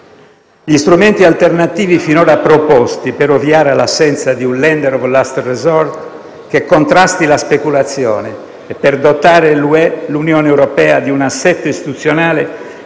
Gli strumenti alternativi finora proposti per ovviare all'assenza di un *lender of last resort* che contrasti la speculazione e per dotare l'Unione europea di un assetto istituzionale